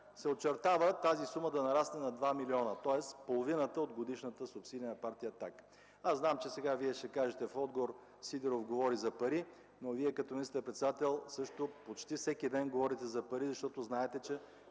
се очертава тази сума да нарасне на 2 милиона, тоест половината от годишната субсидия на Партия „Атака”. Аз знам, че сега Вие ще кажете в отговор: „Сидеров говори за пари”, но Вие като министър-председател също почти всеки ден говорите за пари, защото знаете, че